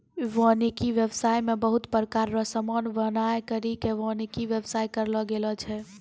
वानिकी व्याबसाय मे बहुत प्रकार रो समान बनाय करि के वानिकी व्याबसाय करलो गेलो छै